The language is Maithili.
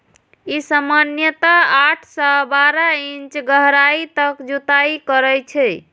ई सामान्यतः आठ सं बारह इंच गहराइ तक जुताइ करै छै